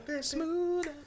Smooth